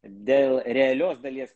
dėl realios dalies